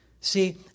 See